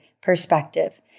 perspective